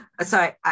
Sorry